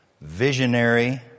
visionary